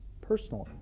personally